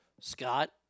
Scott